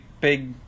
Big